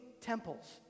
temples